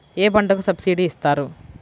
ఏ పంటకు సబ్సిడీ ఇస్తారు?